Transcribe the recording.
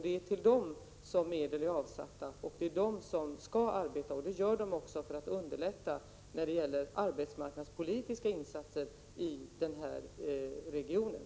Det är till dem som medel är avsatta, och det är de som skall arbeta — och det gör de också — för att underlätta det hela när det gäller arbetsmarknadspolitiska insatser i den här regionen.